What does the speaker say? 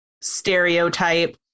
stereotype